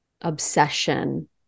obsession